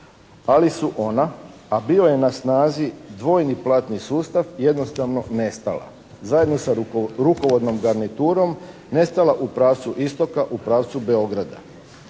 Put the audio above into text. ali su ona, a bio je na snazi dvojni platni sustav jednostavno nestala zajedno sa rukovodnom garniturom nestala u pravcu istoka, u pravcu Beograda.